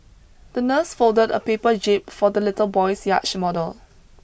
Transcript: the nurse folded a paper jib for the little boy's yacht model